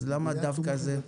אז למה דווקא זה?